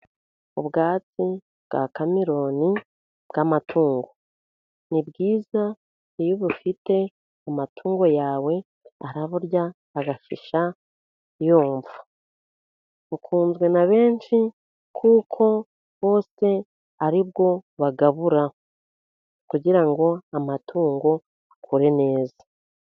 Ubwatsi bwa kameroni bw'amatungo. Ni bwiza, iyo ubufite amatungo yawe araburya, agashisha yumva, bukunzwe na benshi kuko bose ari bwo bagabura. Kugira ngo amatungo aku neza.